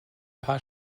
paar